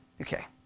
Okay